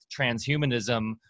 transhumanism